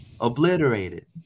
Obliterated